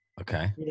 Okay